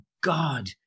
God